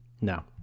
No